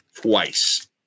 twice